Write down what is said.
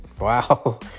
Wow